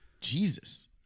Jesus